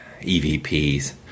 EVPs